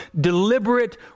deliberate